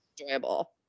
enjoyable